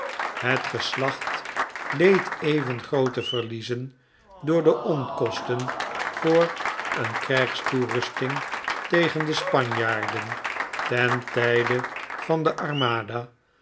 het geslacht leed even groote verliezen door de onkosten voor een krijgstoerusting tegen de spanjaarden ten tijde van de armada